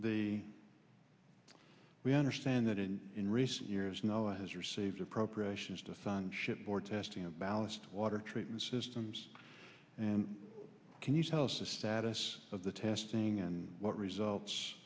the we understand that in in recent years no it has received appropriations to fund ship for testing a balanced water treatment systems and can you tell us the status of the testing and what results